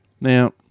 Now